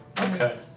Okay